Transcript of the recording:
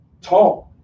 talk